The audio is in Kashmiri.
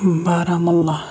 بارہمولہ